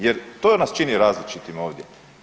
Jer to nas čini različitim ovdje.